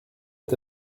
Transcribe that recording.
est